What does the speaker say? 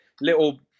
little